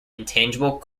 intangible